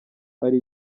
ari